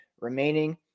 remaining